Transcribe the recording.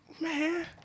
man